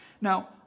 Now